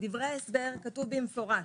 בדברי ההסבר כתוב במפורש,